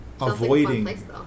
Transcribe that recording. avoiding